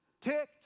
ticked